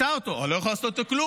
מצא אותו, אבל לא יכול לעשות איתו כלום.